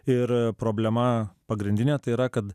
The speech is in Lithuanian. ir problema pagrindinė tai yra kad